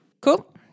Cool